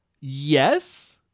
Yes